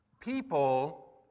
People